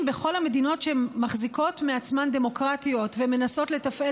בכל המדינות שמחזיקות מעצמן דמוקרטיות ומנסות לתפעל